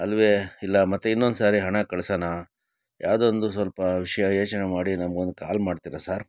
ಅಲ್ಲವೇ ಇಲ್ಲ ಮತ್ತೆ ಇನ್ನೊಂದು ಸಾರಿ ಹಣ ಕಳ್ಸಣ ಯಾವುದೇ ಒಂದು ಸ್ವಲ್ಪ ವಿಷಯ ಯೋಚನೆ ಮಾಡಿ ನಮ್ಗೆ ಒಂದು ಕಾಲ್ ಮಾಡ್ತೀರಾ ಸಾರ್